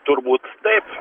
turbūt taip